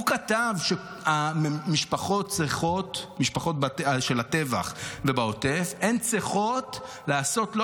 הוא כתב שהמשפחות של הטבח ובעוטף צריכות לעשות לא